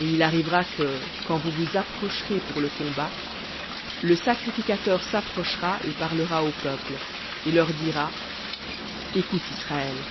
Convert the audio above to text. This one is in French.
et il arrivera que quand vous vous approcherez pour le combat le sacrificateur s'approchera et parlera au peuple et leur dira écoute israël